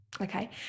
Okay